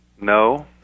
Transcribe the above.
No